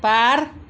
बार